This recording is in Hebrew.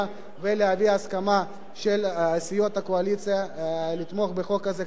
ולהביא הסכמה של סיעות הקואליציה לתמוך בחוק הזה,